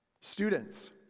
Students